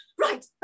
right